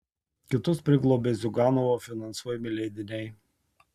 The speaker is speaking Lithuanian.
kitus priglobė ziuganovo finansuojami leidiniai